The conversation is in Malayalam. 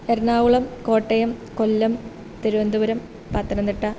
എറണാകുളം കോട്ടയം കൊല്ലം തിരുവനന്തപുരം പത്തനംതിട്ട